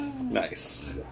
Nice